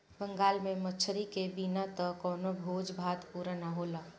बंगाल में मछरी के बिना त कवनो भोज भात पुरे ना होला